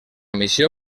missió